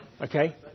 Okay